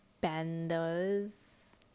benders